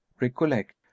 recollect